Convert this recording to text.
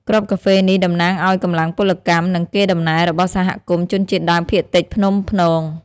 គ្រាប់កាហ្វេនេះតំណាងឱ្យកម្លាំងពលកម្ម និងកេរដំណែលរបស់សហគមន៍ជនជាតិដើមភាគតិចភ្នំព្នង។